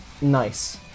Nice